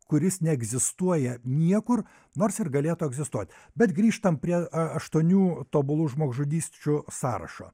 kuris neegzistuoja niekur nors ir galėtų egzistuoti bet grįžtam prie aštuonių tobulų žmogžudysčių sąrašo